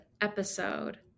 episode